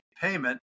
payment